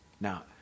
now